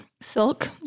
silk